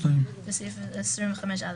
הצבעה הסתייגות 21 לא